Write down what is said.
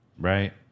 right